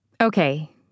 Okay